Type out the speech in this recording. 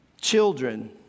Children